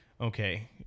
okay